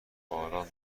باران